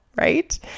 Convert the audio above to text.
right